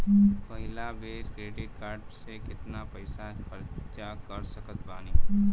पहिलका बेर credit card से केतना पईसा खर्चा कर सकत बानी?